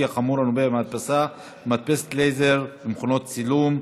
החמור הנובע מהדפסה במדפסות לייזר ומכונות צילום,